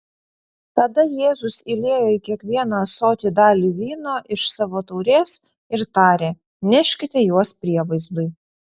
tada jėzus įliejo į kiekvieną ąsotį dalį vyno iš savo taurės ir tarė neškite juos prievaizdui